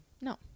No